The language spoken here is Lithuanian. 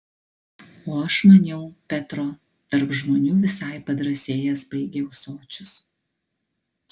o aš maniau petro tarp žmonių visai padrąsėjęs baigia ūsočius